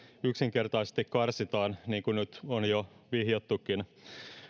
yksinkertaisesti karsitaan niin kuin nyt on jo vihjattukin